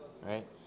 right